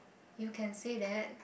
you can say that